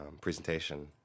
presentation